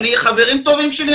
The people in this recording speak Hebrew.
חברים טובים שלי,